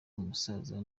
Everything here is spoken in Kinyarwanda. umusaza